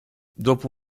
dopo